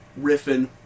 riffing